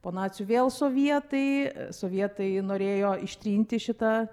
po nacių vėl sovietai sovietai norėjo ištrinti šitą